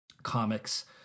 Comics